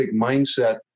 mindset